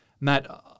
Matt